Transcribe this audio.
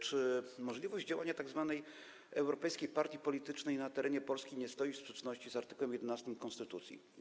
Czy możliwość działania tzw. europejskiej partii politycznej na terenie Polski nie pozostaje w sprzeczności z art. 11 konstytucji?